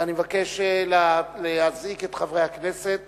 ואני מבקש להזעיק את חברי הכנסת